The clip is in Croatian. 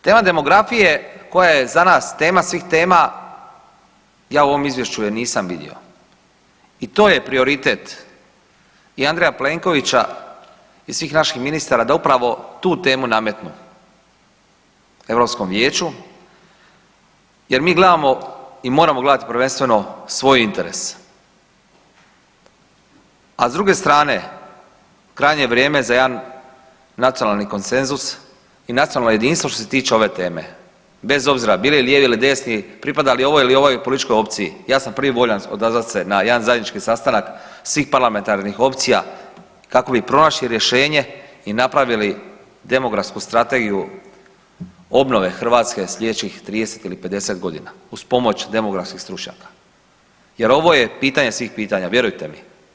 Tema demografije koja je za nas tema svih tema ja u ovom izvješću je nisam vidio i to je prioritet i Andreja Plenkovića i svih naših ministara da upravo tu temu nametnu Europskom vijeću jer mi gledamo i moramo gledat prvenstveno svoje interese, a s druge strane krajnje je vrijeme za jedan nacionalni konsenzus i nacionalno jedinstvo što se tiče ove teme bez obzira bili lijevi ili desni, pripadali ovoj ili onoj političkoj opciji, ja sam prvi voljan odazvat se na jedan zajednički sastanak svih parlamentarnih opcija kako bi pronašli rješenje i napravili demografsku strategiju obnove Hrvatske slijedećih 30 ili 50.g. uz pomoć demografskih stručnjaka jer ovo je pitanje svih pitanja, vjerujte mi.